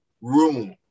room